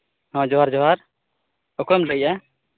ᱦᱮᱸ ᱡᱚᱦᱟᱨ ᱡᱚᱦᱟᱨ ᱚᱠᱚᱭᱮᱢ ᱞᱟᱹᱭᱮᱜᱼᱟ